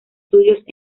studios